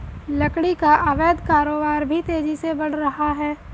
लकड़ी का अवैध कारोबार भी तेजी से बढ़ रहा है